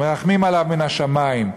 מרחמים עליו מן השמים".